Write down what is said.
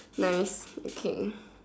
nice okay